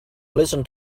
listen